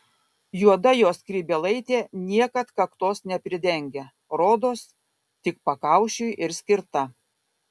juoda jo skrybėlaitė niekad kaktos nepridengia rodos tik pakaušiui ir skirta